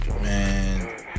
Man